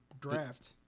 draft